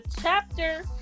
chapter